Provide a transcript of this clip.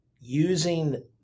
using